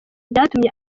byatumye